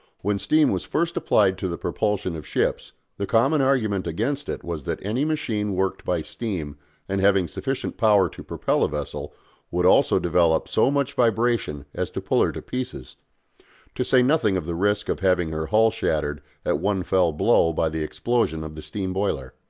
when steam was first applied to the propulsion of ships the common argument against it was that any machine worked by steam and having sufficient power to propel a vessel would also develop so much vibration as to pull her to pieces to say nothing of the risk of having her hull shattered at one fell blow by the explosion of the steam boiler.